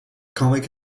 comic